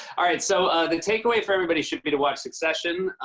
alright, so the takeaway for everybody should be to watch succession.